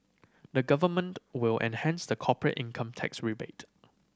the Government will enhance the corporate income tax rebate